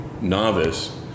novice